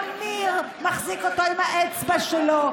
גם ניר מחזיק אותו עם האצבע שלו,